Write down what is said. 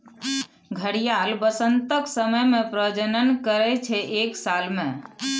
घड़ियाल बसंतक समय मे प्रजनन करय छै एक साल मे